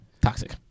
Toxic